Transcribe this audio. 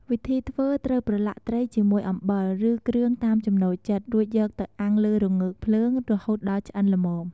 វិធីធ្វើ ត្រូវប្រឡាក់ត្រីជាមួយអំបិល ឬគ្រឿងតាមចំណូលចិត្ត រួចយកទៅអាំងលើរងើកភ្លើង រហូតដល់ឆ្អិនល្មម។